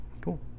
Cool